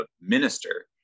minister